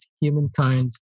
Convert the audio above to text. humankind